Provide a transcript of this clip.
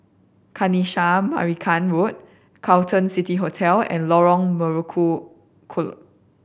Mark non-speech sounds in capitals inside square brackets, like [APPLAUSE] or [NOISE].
Kanisha Marican Road Carlton City Hotel and Lorong Melukut [UNINTELLIGIBLE]